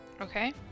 okay